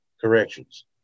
corrections